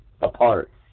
apart